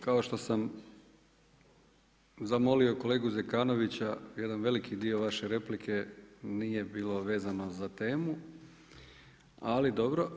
Kao što sam zamolio kolegu Zekanovića jedan veliki dio vaše replike nije bilo vezano za temu, ali dobro.